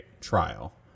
trial